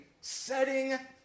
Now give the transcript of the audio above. setting